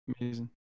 Amazing